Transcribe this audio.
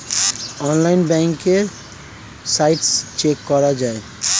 অনলাইনে ব্যাঙ্কের status check করা যায়